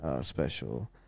special